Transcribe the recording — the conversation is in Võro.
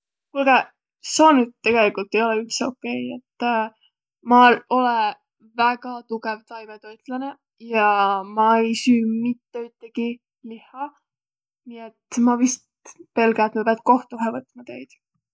Kuulgõq, sjoo nüüd tegeligult ei ole üldse okei. Et ma olõ väega tugõv taimõtoitlanõ ja ma ei süüq mitte üttegiq lihha. Nii et ma vist pelgä, et ma piät kohtuhe võtma teid.